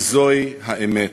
וזוהי האמת: